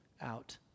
out